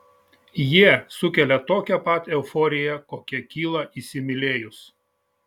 jie sukelia tokią pat euforiją kokia kyla įsimylėjus